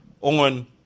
on